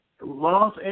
Los